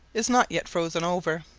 is not yet frozen over,